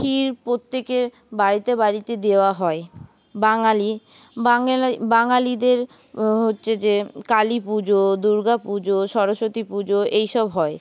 খেয়ে প্রত্যেকের বাড়িতে বাড়িতে দেওয়া হয় বাঙালি বাঙালিদের হচ্ছে যে কালী পুজো দুর্গাপুজো সরস্বতী পুজো এইসব হয়